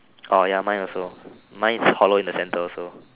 orh ya mine also mine is hollow in the centre also